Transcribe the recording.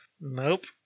Nope